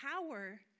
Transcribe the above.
power